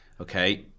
okay